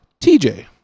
TJ